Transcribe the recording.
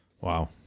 Wow